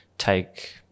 take